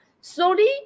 slowly